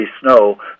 snow